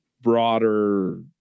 broader